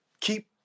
keep